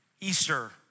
Easter